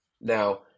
Now